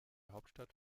hauptstadt